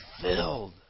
filled